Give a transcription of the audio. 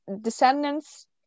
Descendants